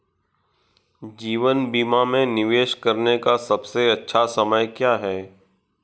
जीवन बीमा में निवेश करने का सबसे अच्छा समय क्या है?